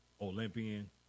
Olympian